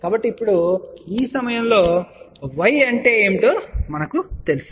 కాబట్టి ఇప్పుడు ఈ సమయంలో y అంటే ఏమిటో మనకు తెలుసు